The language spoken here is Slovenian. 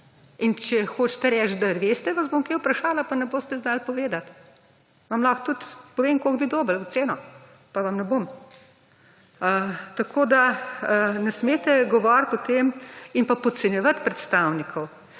In če hočete reči, da veste, vas bom kaj vprašala, pa ne boste znali povedat. Vam lahko tudi povem, koliko bi dobili oceno, pa vam ne bom. Tako da ne smete govoriti o tem in pa podcenjevat predstavnikov.